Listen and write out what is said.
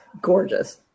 gorgeous